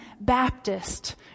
Baptist